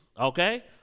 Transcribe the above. Okay